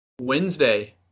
Wednesday